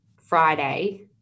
Friday